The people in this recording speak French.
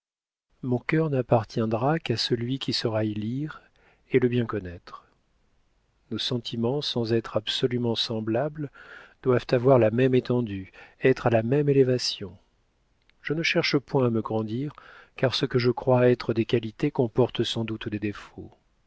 mon cœur n'appartiendra qu'à celui qui saura y lire et le bien connaître nos sentiments sans être absolument semblables doivent avoir la même étendue être à la même élévation je ne cherche point à me grandir car ce que je crois être des qualités comporte sans doute des défauts